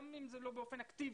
גם אם זה לא באופן אקטיבי,